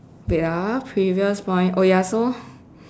wait ah previous point oh ya so